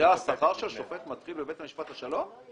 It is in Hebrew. זה שכר שופט מתחיל בבית משפט השלום?